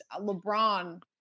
LeBron